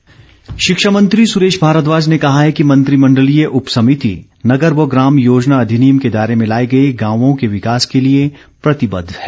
भारद्वाज शिक्षा मंत्री सुरेश भारद्वाज ने कहा है कि मंत्रिमंडलीय उपसभिति नगर व ग्राम योजना अधिनियम के दायरे में लाए गए गाँवों के विकास के लिए प्रतिबद्ध है